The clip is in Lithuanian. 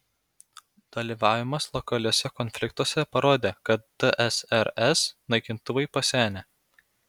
dalyvavimas lokaliuose konfliktuose parodė kad tsrs naikintuvai pasenę